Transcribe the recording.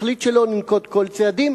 החליט שלא לנקוט כל צעדים,